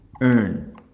earn